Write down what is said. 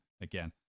again